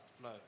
flow